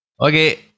okay